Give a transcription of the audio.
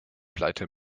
pleite